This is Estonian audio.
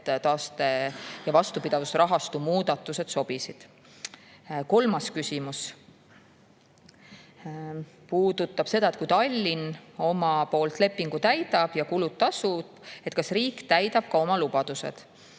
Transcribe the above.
et taaste- ja vastupidavusrahastu [kasutamise] muudatused sobisid. Kolmas küsimus puudutab seda, et kui Tallinn oma poolt lepingu täidab ja kulud tasub, siis kas riik täidab ka oma lubadused.